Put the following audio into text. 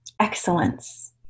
excellence